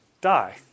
die